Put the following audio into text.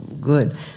good